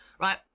right